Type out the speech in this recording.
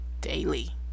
daily